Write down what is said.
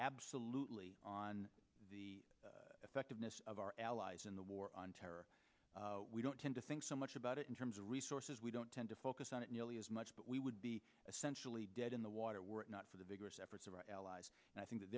absolutely on the effectiveness of our allies in the war on terror we don't tend to think so much about it in terms of resources we don't tend to focus on it nearly as much but we would be essentially dead in the water were it not for the bigger separates of our allies and i think that